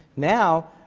now,